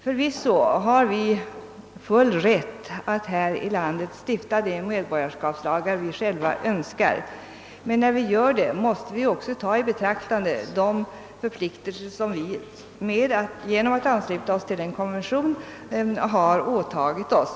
Förvisso har vi full rätt att här i landet stifta de medborgarskapslagar vi själva önskar, men när vi gör det måste vi också ta i betraktande de förpliktelser som vi genom att ansluta oss till en konvention har åtagit oss.